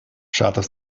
шатов